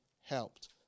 helped